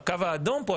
הקו האדום פה,